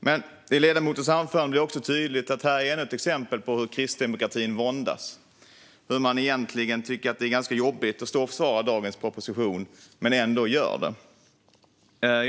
Men ledamotens anförande var också ännu ett tydligt exempel på hur kristdemokratin våndas och att man egentligen tycker att det är ganska jobbigt att stå och försvara dagens proposition men ändå gör det.